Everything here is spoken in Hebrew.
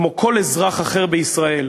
כמו כל אזרח אחר בישראל,